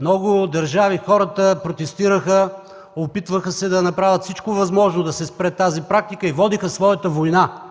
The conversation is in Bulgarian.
много държави хората протестираха, опитваха се да направят всичко възможно да се спре тази практика и водиха своята война,